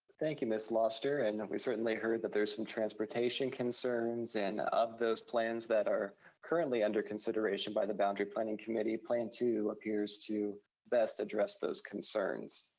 thank you, ms. lauster, and we certainly heard that there are some transportation concerns. and of those plans that are currently under consideration by the boundary planning committee, plan two appears to best address those concerns.